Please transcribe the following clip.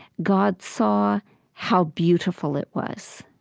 god saw how beautiful it was.